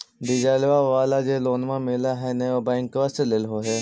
डिजलवा वाला जे लोनवा मिल है नै बैंकवा से लेलहो हे?